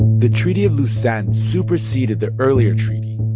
the treaty of lausanne superseded their earlier treaty.